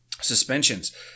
Suspensions